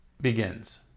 begins